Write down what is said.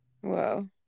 whoa